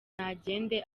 nagende